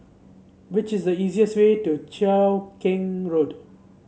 which is the easiest way to Cheow Keng Road